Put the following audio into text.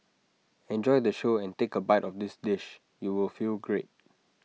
enjoy the show and take A bite of this dish you will feel great